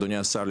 אדוני השר,